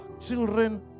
children